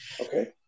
Okay